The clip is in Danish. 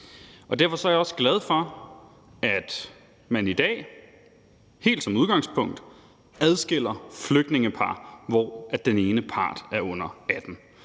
Derfor er jeg også glad for, at man i dag helt som udgangspunkt adskiller flygtningepar, hvor den ene part er under 18